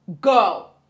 Go